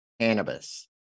cannabis